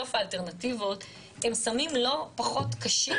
בסוף האלטרנטיבות הם סמים לא פחות קשים,